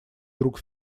друг